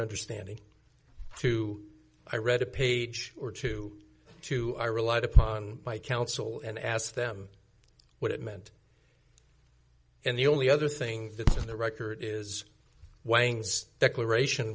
understanding to i read a page or two to i relied upon my counsel and asked them what it meant and the only other thing that's in the record is wang's declaration